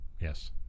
Yes